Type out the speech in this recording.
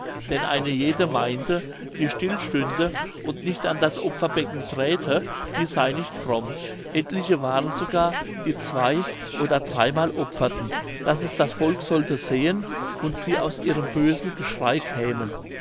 denn eine jede meinte die still stünde und nicht an das opferbecken träte die sey nicht fromm etliche waren sogar die zwei oder drei mal opferten daß es das volk sollte sehen und sie aus ihrem bösen geschrei kämen